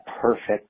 perfect